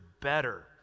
better